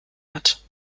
hat